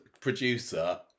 producer